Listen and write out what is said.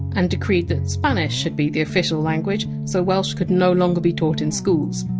and decreed that spanish should be the official language so welsh could no longer be taught in schools.